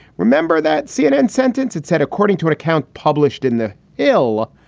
remember that cnn sentence? it said, according to an account published in the l.